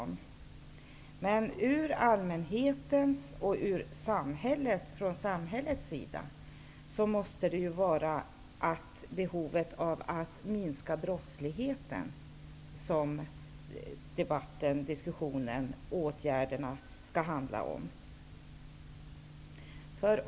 Men ur allmänhetens och samhällets synpunkt måste det vara behovet av att minska brottsligheten som diskussionen och åtgärderna skall handla om.